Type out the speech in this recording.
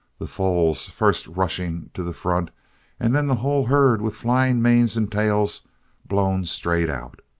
the foals first rushing to the front and then the whole herd with flying manes and tails blown straight out.